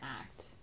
act